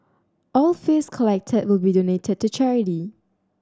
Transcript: all fees collected will be donated to charity